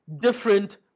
different